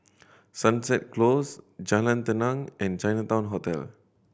Sunset Close Jalan Tenang and Chinatown Hotel